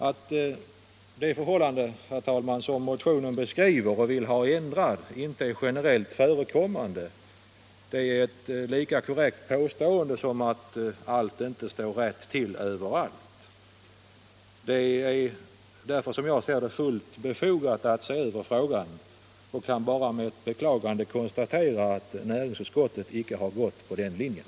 Att de förhållanden, herr talman, som man i motionen beskriver och vill ha ändrade inte är generellt förekommande är ett lika korrekt påstående som att allt inte står rätt till överallt. Det är därför, som jag ser det, fullt befogat att se över frågan. Jag kan bara med beklagande konstatera att näringsutskottet icke har följt den linjen.